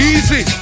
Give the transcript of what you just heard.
Easy